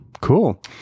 cool